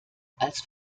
als